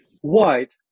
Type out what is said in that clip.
White